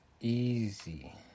easy